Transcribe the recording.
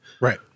Right